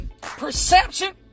Perception